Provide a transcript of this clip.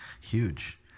huge